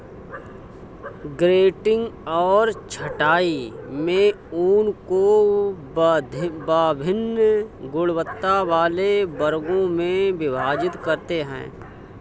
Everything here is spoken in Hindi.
ग्रेडिंग और छँटाई में ऊन को वभिन्न गुणवत्ता वाले वर्गों में विभाजित करते हैं